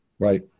Right